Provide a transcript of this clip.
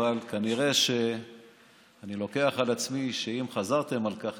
אבל אני לוקח על עצמי שאם חזרתם על כך,